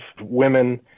women